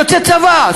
יוצאי צבא,